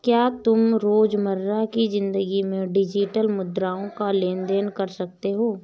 क्या तुम रोजमर्रा की जिंदगी में डिजिटल मुद्राओं का लेन देन कर सकते हो?